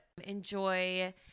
enjoy